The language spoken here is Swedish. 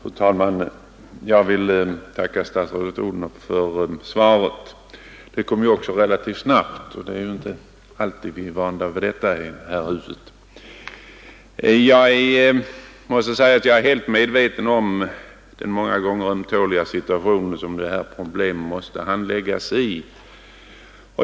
Fru talman! Jag vill tacka statsrådet Odhnoff för svaret — det kom också relativt snabbt, och det är vi inte vana vid här i huset. Jag är helt medveten om de många gånger ömtåliga situationer i vilka dessa ärenden måste handläggas.